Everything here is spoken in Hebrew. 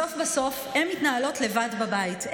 בסוף בסוף הן מתנהלות לבד בבית,